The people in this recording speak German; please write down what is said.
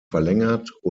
verlängert